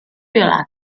violaceo